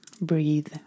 Breathe